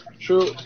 true